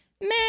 man